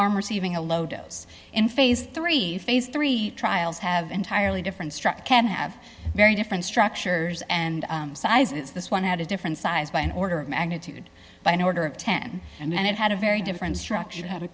arm receiving a low dose in phase three phase three trials have entirely different structure can have very different structures and sizes this one had a different size by an order of magnitude by an order of ten and it had a very different structure h